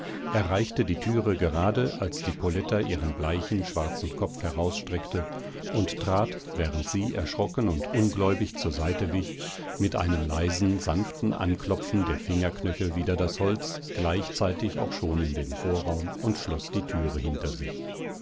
erreichte die türe gerade als die poletta ihren bleichen schwarzen kopf herausstreckte und trat während sie erschrocken und ungläubig zur seite wich mit einem leisen sanften anklopfen der fingerknöchel wider das holz gleichzeitig auch schon in den vorraum und schloß die türe hinter sich